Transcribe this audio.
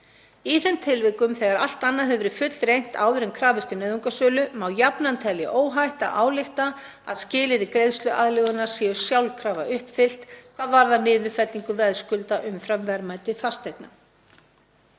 Í þeim tilvikum þegar allt annað hefur verið fullreynt áður en krafist er nauðungarsölu má jafnan telja óhætt að álykta að skilyrði greiðsluaðlögunar séu sjálfkrafa uppfyllt hvað varðar niðurfellingu veðskulda umfram verðmæti fasteignar.